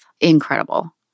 incredible